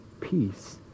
peace